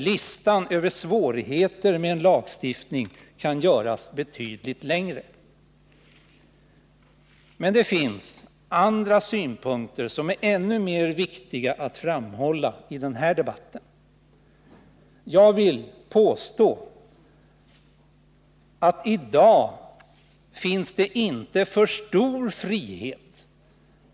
Listan över svårigheterna med en lagstiftning kunde göras betydligt längre. Men det finns andra synpunkter som är ännu viktigare att framhålla i den här debatten. Jag vill påstå att det i dag inte finns för mycket frihet.